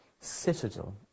citadel